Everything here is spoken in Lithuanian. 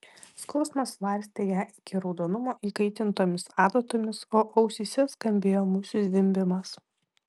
skausmas varstė ją iki raudonumo įkaitintomis adatomis o ausyse skambėjo musių zvimbimas